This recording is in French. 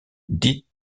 dite